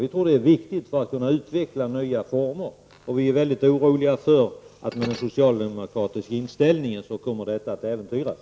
Vi tror att det är viktigt för att man skall kunna utveckla nya former, och vi är mycket oroliga för att detta kommer att äventyras, om den socialdemokratiska inställningen accepteras.